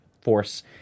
force